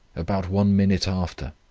about one minute after,